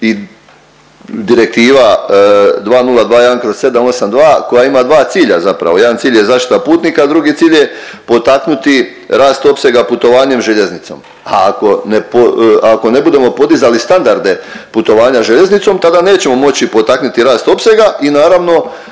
i Direktiva 2021/782 koja ima dva cilja zapravo. Jedan cilj je zaštita putnika, a drugi cilj je potaknuti rast opsega putovanjem željeznicom, a ako ne budemo podizali standarde putovanja željeznicom tada nećemo moći potaknuti rast opsega i naravno